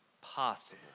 possible